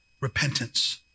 repentance